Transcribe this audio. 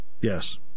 Yes